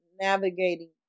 navigating